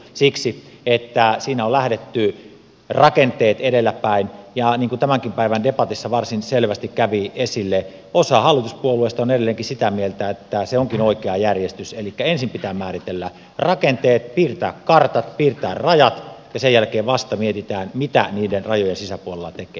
siksi että siinä on lähdetty rakenteet edellä päin ja niin kuin tämänkin päivän debatissa varsin selvästi kävi esille osa hallituspuolueista on edelleenkin sitä mieltä että se onkin oikea järjestys elikkä ensin pitää määritellä rakenteet piirtää kartat piirtää rajat ja sen jälkeen vasta mietitään mitä niiden rajojen sisäpuolella tekee